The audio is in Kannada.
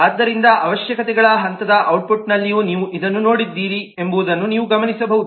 ಆದ್ದರಿಂದ ಅವಶ್ಯಕತೆಗಳ ಹಂತದ ಔಟ್ಪುಟ್ನಲ್ಲಿಯೂ ನೀವು ಇದನ್ನು ನೋಡಿದ್ದೀರಿ ಎಂಬುದನ್ನು ನೀವು ಗಮನಿಸಬಹುದು